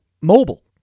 mobile